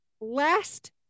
Last